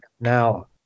Now